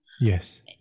Yes